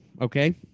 Okay